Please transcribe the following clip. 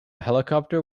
helicopter